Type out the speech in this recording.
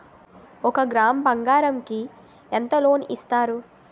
ఒక గ్రాము బంగారం కి ఎంత లోన్ ఇస్తారు?